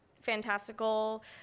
fantastical